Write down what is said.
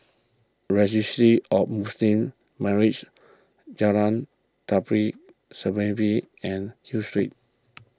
Registry of Muslim Marriages Jalan Tari Serimpi and Hill Street